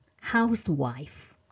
housewife